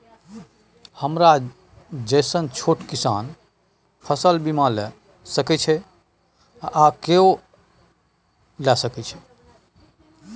हमरा जैसन छोट किसान फसल बीमा ले सके अछि आरो केना लिए सके छी?